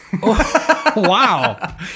Wow